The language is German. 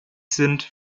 sind